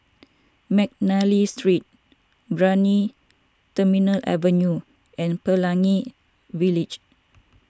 McNally Street Brani Terminal Avenue and Pelangi Village